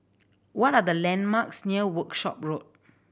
what are the landmarks near Workshop Road